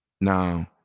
Now